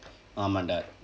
ஆமாம்:aamaam dah